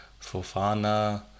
fofana